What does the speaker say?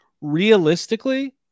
Realistically